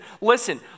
listen